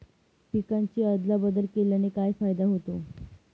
पिकांची अदला बदल केल्याने काय फायदा होतो?